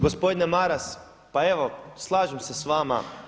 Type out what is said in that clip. Gospodine Maras, pa evo slažem se sa vama.